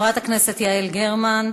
חברת הכנסת יעל גרמן,